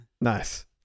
Nice